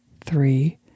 three